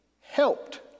helped